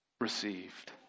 received